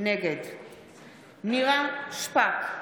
נגד נירה שפק,